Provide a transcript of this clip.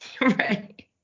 right